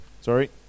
sorry